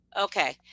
Okay